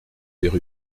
père